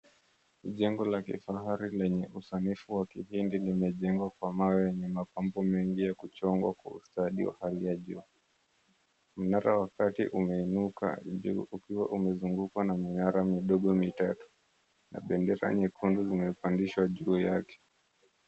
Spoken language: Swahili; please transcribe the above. Jengo la kifahari lenye usanifu wa kihindi limejengwa kwa mawe yenye mapambo mengi yaliyochongwa kwa ustaadi wa hali ya juu. Mnara wa kati umeinuka juu ukiwa umezungukwa na minara midogo mitatu na bendera nyekundu zimepandishwa juu yake.